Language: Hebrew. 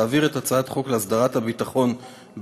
להעביר את הצעת חוק להסדרת הביטחון בגופים